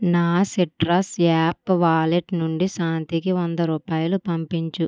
నా Citrus app wallet నుండి శాంతికి వంద రూపాయలు పంపించు